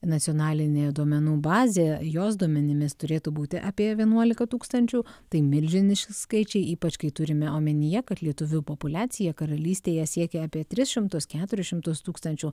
nacionalinė duomenų bazė jos duomenimis turėtų būti apie vienuolika tūkstančių tai milžiniški skaičiai ypač kai turime omenyje kad lietuvių populiacija karalystėje siekia apie tris šimtus keturis šimtus tūkstančių